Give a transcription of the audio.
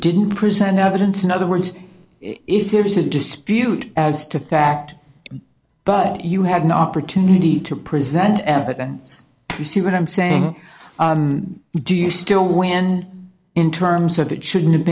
didn't present evidence in other words if there is a dispute as to fact but you have no opportunity to present evidence you see what i'm saying do you still win in terms of it shouldn't have